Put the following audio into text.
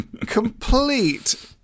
complete